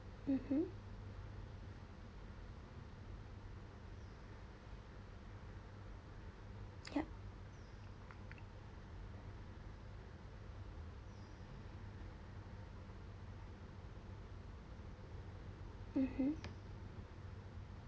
mmhmm yup mmhmm